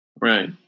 right